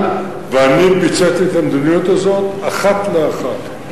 ואני ביצעתי את המדיניות הזאת אחת לאחת.